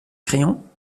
crayons